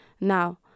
now